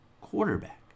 quarterback